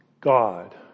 God